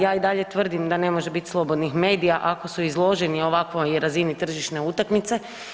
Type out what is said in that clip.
Ja i dalje tvrdim da ne može biti slobodnih medija ako su izloženi ovakvoj razini tržišne utakmice.